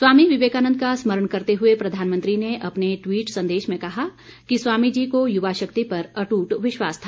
स्वामी विवेकानन्द का स्मरण करते हुए प्रधानमंत्री ने अपने ट्वीट संदेश में कहा कि स्वामी जी को युवा शक्ति पर अट्ट विश्वास था